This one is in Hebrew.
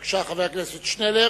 בבקשה, חבר הכנסת שנלר.